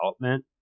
development